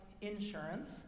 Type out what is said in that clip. insurance